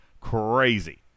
Crazy